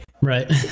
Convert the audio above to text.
Right